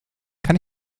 kann